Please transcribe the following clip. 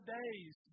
days